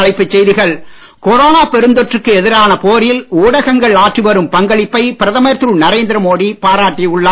மீண்டும் தலைப்புச் செய்திகள் கொரோனா பெருந்தொற்றுக்கு எதிரான போரில் ஊடகங்கள் ஆற்றி வரும் பங்களிப்பை பிரதமர் திரு நரேந்திர மோடி பாராட்டி உள்ளார்